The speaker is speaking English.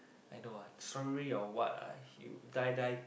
I know ah strawberry or what lah you die die